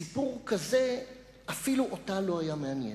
סיפור כזה אפילו אותה לא היה מעניין.